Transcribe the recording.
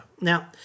Now